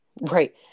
Right